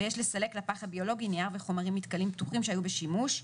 יש לסלק לפח הביולוגי נייר וחומרים מתכלים פתוחים שהיו בשימוש,